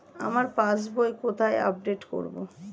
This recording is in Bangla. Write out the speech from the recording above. আমার পাস বই কোথায় আপডেট করব?